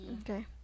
Okay